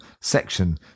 section